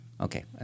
Okay